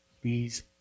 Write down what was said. please